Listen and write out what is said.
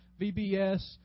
VBS